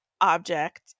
object